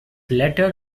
letter